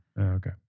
Okay